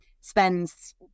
spends